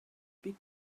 big